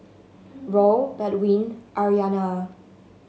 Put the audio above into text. Raul Baldwin Aryana